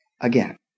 Again